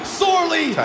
sorely